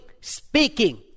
speaking